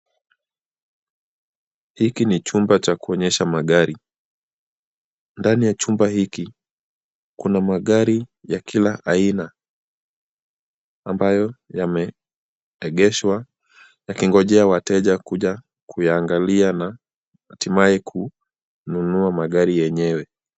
Hiki ni chumba cha kuonyesha magari. Ndani ya chumba hiki, kuna magari ya kila aina ambayo yameegeshwa yakingojea wateja kuja kuyaangalia na hatimaye kununua magari yenyewe.